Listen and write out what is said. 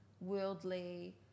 worldly